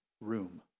room